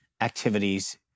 activities